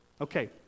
Okay